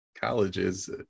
colleges